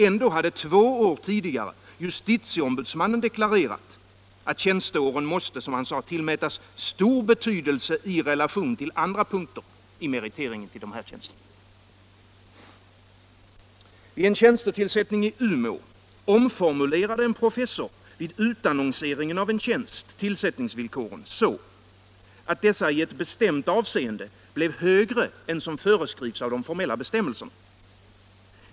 Ändå hade två år tidigare justitieombudsmannen deklarerat att tjänsteåren måste, som han sade, tillmätas stor betydelse i relation till andra punkter i meriteringen till dessa tjänster. Vid en tjänstetillsättning i Umeå omformulerade en professor vid utannonseringen av en tjänst tillsättningsvillkoren, så att dessa i ett bestämt avseende blev högre än som föreskrivs av de formella bestämmelserna.